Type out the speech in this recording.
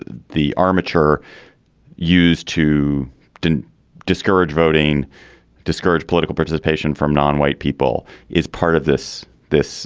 ah the armature used to didn't discourage voting discourage political participation from non-white people is part of this this